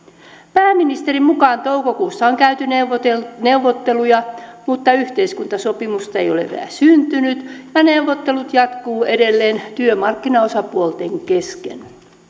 pääministerin mukaan toukokuussa on käyty neuvotteluja mutta yhteiskuntasopimusta ei ole vielä syntynyt ja neuvottelut jatkuvat edelleen työmarkkinaosapuolten kesken